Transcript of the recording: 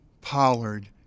Pollard